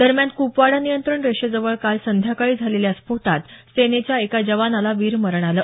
दरम्यान कुपवाडा नियंत्रण रेषेजवळ काल संध्याकाळी झालेल्या स्फोटात सेनेच्या एका जवानाला वीरमरण आलं